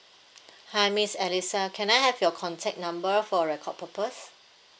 hi miss alisa can I have your contact number for record purpose